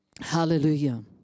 Hallelujah